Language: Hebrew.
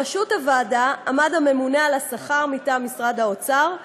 בראשות הוועדה עמד הממונה על השכר מטעם משרד האוצר,